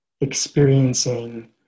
experiencing